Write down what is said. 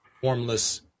formless